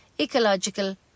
ecological